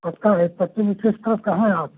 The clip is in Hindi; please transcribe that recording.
आपका है पश्चिम में किस तरफ कहाँ हैं आप